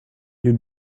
you